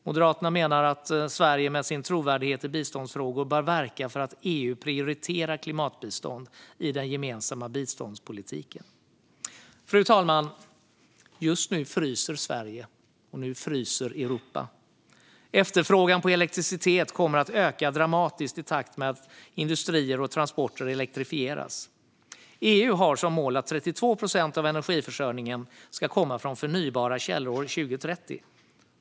Moderaterna menar att Sverige med sin trovärdighet i biståndsfrågor bör verka för att EU prioriterar klimatbistånd i den gemensamma biståndspolitiken. Fru talman! Just nu fryser Sverige och Europa. Efterfrågan på elektricitet kommer att öka dramatiskt i takt med att industrier och transporter elektrifieras. EU har som mål att 32 procent av energiförsörjningen ska komma från förnybara källor år 2030.